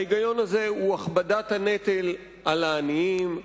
ההיגיון הזה הוא הכבדת הנטל על העניים,